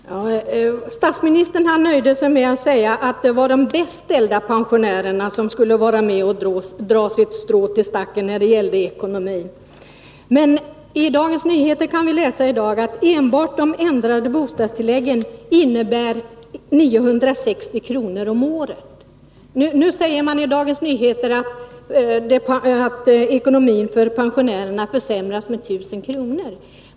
Herr talman! Statsministern nöjde sig med att säga att det var de bäst ställda pensionärerna som skulle vara med och dra sitt strå till stacken när det gällde ekonomin. Men i Dagens Nyheter kan vi i dag läsa att enbart de ändrade bostadstilläggen innebär en ökning av pensionärernas utgifter med 960 kr. om året. Nu säger man i Dagens Nyheter att ekonomin för pensionärerna försämras med 1000 kr.